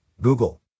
Google